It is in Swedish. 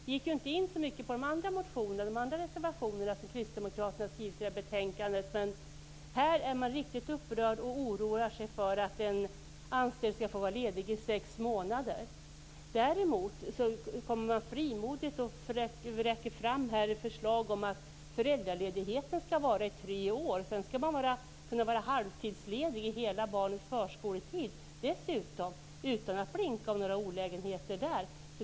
Vi gick inte in så mycket på de andra motionerna och på övriga reservationer som kristdemokraterna har fogat till betänkandet. Man är riktigt upprörd och oroar sig för att en anställd skall få vara ledig i sex månader. Däremot vräker man frimodigt fram förslag om att föräldraledigheten skall vara i tre år och att föräldrar skall kunna vara halvtidslediga under hela barnets förskoletid. Det gör man utan att blinka och utan att tala om några olägenheter.